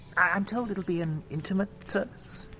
i'm told it'll be an intimate service?